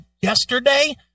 yesterday